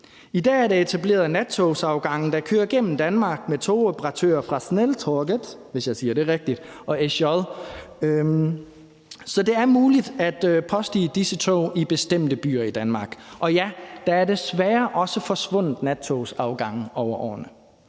I dag er der etableret nattogsafgange, der kører gennem Danmark, med togoperatører fra Snälltåget – hvis jeg siger det rigtigt – og SJ, så det er muligt at påstige disse tog i bestemte byer i Danmark. Og ja, der er desværre også forsvundet nattogsafgange hen over årene.